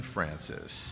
Francis